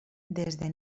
desde